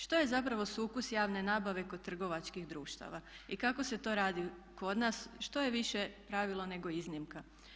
Što je zapravo sukus javne nabave kod trgovačkih društava i kako se to radi kod nas, što je više pravilo nego iznimka?